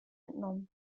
entnommen